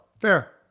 Fair